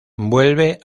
vuelve